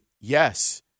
Yes